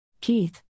Keith